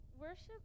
worship